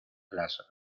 las